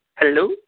Hello